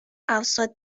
outside